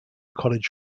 college